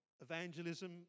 Evangelism